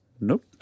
Nope